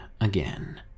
again